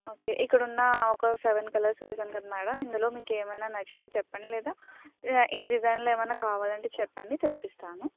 okay ఇక్కడున్న ఒక seven colours వేశాను కదా మేడం ఇందులో మీకు ఏమైనా నచ్చితే చెప్పండి లేదా ఈ డిజైన్లో ఏమైనా కావాలంటే చెప్పండి తెప్పిస్తాను